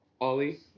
Ollie